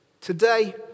Today